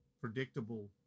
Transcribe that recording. predictable